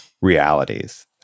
realities